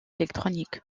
électronique